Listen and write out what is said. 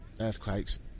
earthquakes